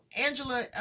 Angela